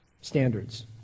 standards